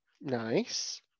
Nice